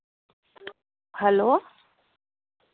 hello